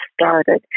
started